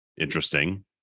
interesting